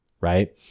right